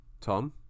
tom